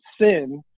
sin